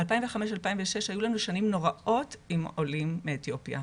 2005 2006 היו לנו שנים נוראות עם עולים מאתיופיה.